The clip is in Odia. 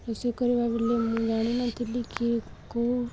ରୋଷେଇ କରିବା ବେଲେ ମୁଁ ଜାଣିନଥିଲି କି କେଉଁ